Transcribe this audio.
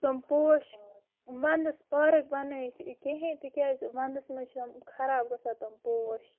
تِم پوش ونٛدس پارک بنٲوِتھ کِہیٖنۍ تِکیازِ ونٛدس منٛز چھِ یِم خراب گژھان تِم پوش